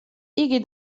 იგი